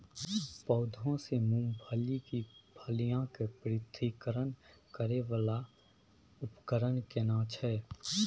पौधों से मूंगफली की फलियां के पृथक्करण करय वाला उपकरण केना छै?